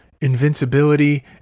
invincibility